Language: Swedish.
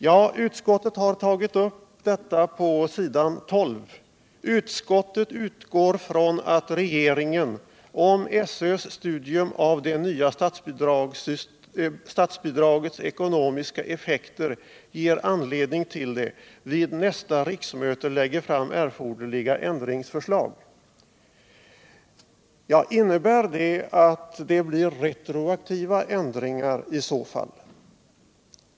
Ja, utskottet har tagit upp detta på s. 12 i betänkandet, där det står: ”Utskottet utgår från att regeringen, om SÖ:s studium av det nya statsbidragets ekonomiska effekter ger anledning till det, vid nästa riksmöte lägger fram erforderliga ändringsförslag.” Innebär det att det blir retroaktiva ändringari så fall?